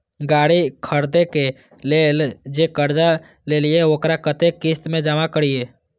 गाड़ी खरदे के लेल जे कर्जा लेलिए वकरा कतेक किस्त में जमा करिए?